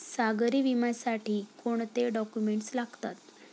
सागरी विम्यासाठी कोणते डॉक्युमेंट्स लागतात?